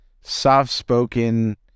soft-spoken